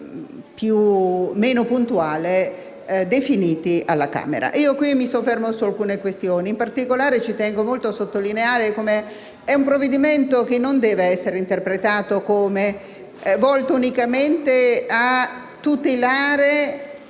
Mi soffermo su alcune questioni. In particolare, tengo a sottolineare come si tratti di un provvedimento che non deve essere interpretato come volto unicamente a tutelare